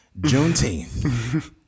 Juneteenth